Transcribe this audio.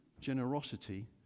generosity